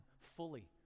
fully